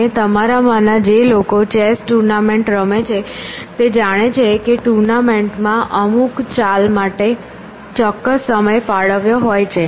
અને તમારામાંના જે લોકો ચેસ ટુર્નામેન્ટ રમે છે તે જાણે છે કે ટુર્નામેન્ટ માં અમુક ચાલ માટે ચોક્કસ સમય ફાળવ્યો હોય છે